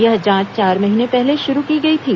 यह जांच चार महीने पहले शुरू की गई थी